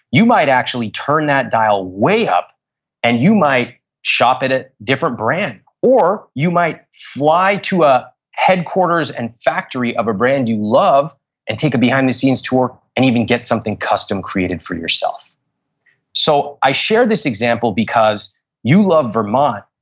you might actually turn that dial way up and you might shop at a different brand, or you might fly to a headquarters and factory of a brand you love and take a behind the scenes tour and even get something custom-created for yourself so i share this example because you love vermont,